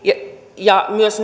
ja myös